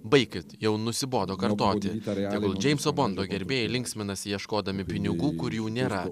baikit jau nusibodo kartoti tegul džeimso bondo gerbėjai linksminasi ieškodami pinigų kurių nėra